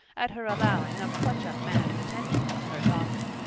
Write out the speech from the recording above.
at her allowing of such a man's attentions to her daughter.